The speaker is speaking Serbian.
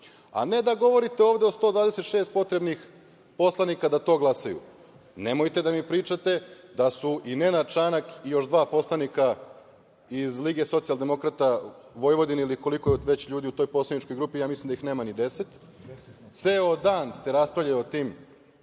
a ne da govorite ovde o 126 potrebnih poslanika da to glasaju. Nemojte da mi pričate da su i Nenad Čanak i još dva poslanika iz LSV ili koliko je već ljudi u toj poslaničkoj grupi, mislim da ih nema ni deset, ceo dan ste raspravljali o tim